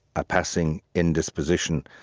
a passing indisposition,